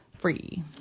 free